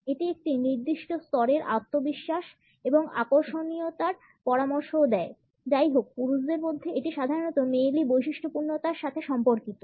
এটি একটি নির্দিষ্ট স্তরের আত্মবিশ্বাস এবং আকর্ষণীয়তার পরামর্শও দেয় যাইহোক পুরুষদের মধ্যে এটি সাধারণত মেয়েলি বৈশিষ্ট্যপূর্ণতার সাথে সম্পর্কিত